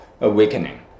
awakening